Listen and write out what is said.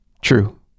true